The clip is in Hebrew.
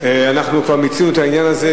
אנחנו מיצינו את העניין הזה,